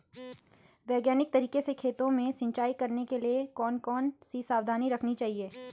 वैज्ञानिक तरीके से खेतों में सिंचाई करने के लिए कौन कौन सी सावधानी रखनी चाहिए?